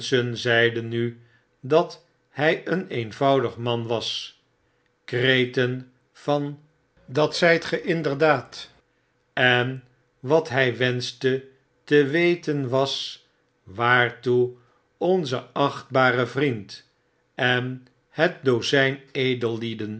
zeide nu dat hjj een eenvoudig man was kreten van dat zgt ge inderdaadp en wat hjj wenschte te weten was waartoe onze achtbare vriend en het